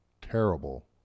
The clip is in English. terrible